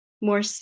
more